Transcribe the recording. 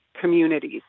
communities